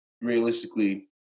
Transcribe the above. realistically